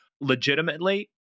legitimately